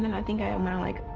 and i think i um went like,